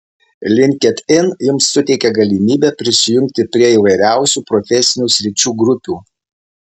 linkedin jums suteikia galimybę prisijungti prie įvairiausių profesinių sričių grupių